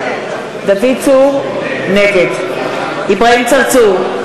נגד אברהים צרצור,